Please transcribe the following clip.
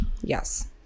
Yes